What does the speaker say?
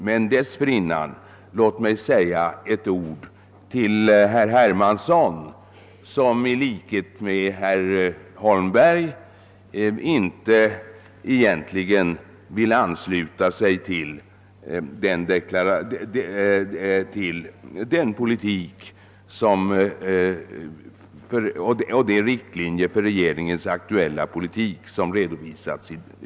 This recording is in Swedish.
Men dessförinnan vill jag säga några ord till herr Hermansson, som i likhet med herr Holmberg egentligen inte vill ansluta sig till den politik och de riktlinjer som regeringen utvecklat i sin deklaration.